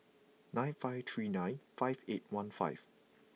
nine five three nine five eight one five